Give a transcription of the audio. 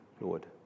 Lord